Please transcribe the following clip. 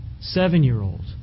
seven-year-old